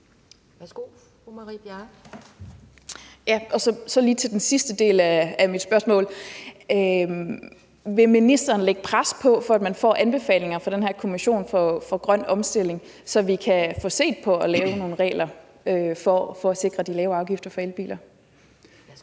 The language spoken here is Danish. Kl. 14:03 Marie Bjerre (V): Så lige igen den sidste del af mit spørgsmål: Vil ministeren lægge pres på, for at man får anbefalinger fra den her kommission for grøn omstilling, så vi kan få set på at få lavet nogle regler for at sikre de lavere afgifter for elbiler?